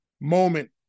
moment